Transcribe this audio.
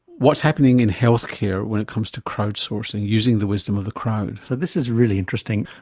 what's happening in healthcare when it comes to crowd-sourcing, using the wisdom of the crowd? so this is really interesting.